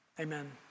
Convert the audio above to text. Amen